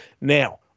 Now